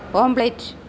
omelet